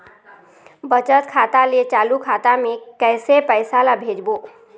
बचत खाता ले चालू खाता मे कैसे पैसा ला भेजबो?